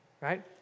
right